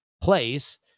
place